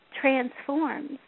transforms